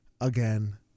again